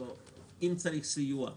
אם צריך סיוע,